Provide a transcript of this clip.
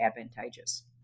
advantageous